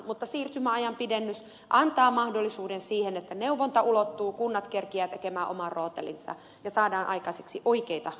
mutta siirtymäajan pidennys antaa mahdollisuuden siihen että neuvonta ulottuu kunnat kerkeävät tekemään oman rootelinsa ja saadaan aikaiseksi oikeita ratkaisuja